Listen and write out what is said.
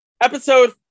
Episode